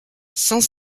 cent